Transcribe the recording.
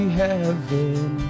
heaven